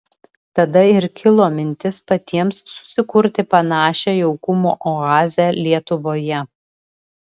tada ir kilo mintis patiems susikurti panašią jaukumo oazę lietuvoje